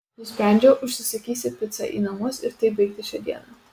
nusprendžiau užsisakysi picą į namus ir taip baigti šią dieną